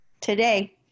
today